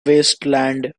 wasteland